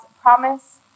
promise